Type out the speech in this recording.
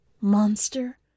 monster